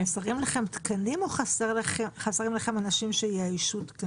חסרים לכם תקנים או חסר לכם אנשים שיאיישו תקנים?